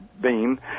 beam